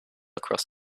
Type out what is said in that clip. across